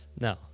no